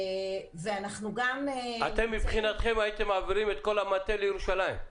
ואנחנו גם --- אתם מבחינתכם הייתם מעבירים את כל המטה לירושלים?